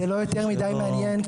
אז זה לא יותר מידיי מעניין,